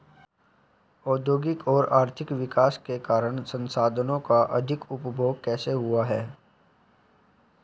प्रौद्योगिक और आर्थिक विकास के कारण संसाधानों का अधिक उपभोग कैसे हुआ है?